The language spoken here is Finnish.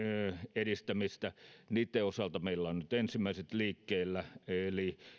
edistämistä niitten osalta meillä ovat nyt ensimmäiset liikkeellä eli